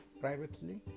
privately